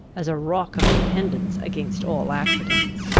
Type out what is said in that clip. as a rock of dependence against all accidents.